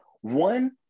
One